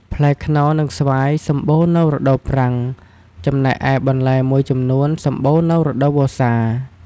ផ្លែខ្នុរ និងស្វាយសម្បូរនៅរដូវប្រាំង ចំណែកឯបន្លែមួយចំនួនសម្បូរនៅរដូវវស្សា។